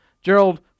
Gerald